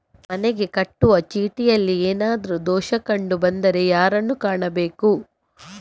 ಮನೆಗೆ ಕಟ್ಟುವ ಚೀಟಿಯಲ್ಲಿ ಏನಾದ್ರು ದೋಷ ಕಂಡು ಬಂದರೆ ಯಾರನ್ನು ಕಾಣಬೇಕು?